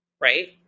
Right